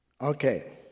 Okay